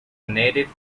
native